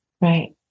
Right